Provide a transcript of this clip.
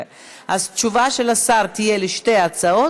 שנומקה ב-23 במרס 2016. אז התשובה של השר תהיה על שתי ההצעות,